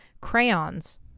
crayons